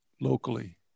locally